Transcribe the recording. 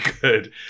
good